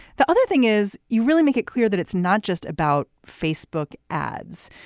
the other thing is you really make it clear that it's not just about facebook ads.